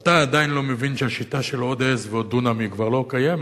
אתה עדיין לא מבין שהשיטה של עוד עז ועוד דונם כבר לא קיימת.